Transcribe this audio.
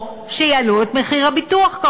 או שיעלו את מחיר הביטוח.